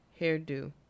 hairdo